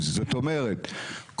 זאת אומרת,